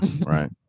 Right